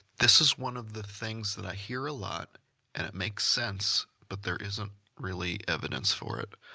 this is one of the things that i hear a lot and it makes sense but there isn't really evidence for it,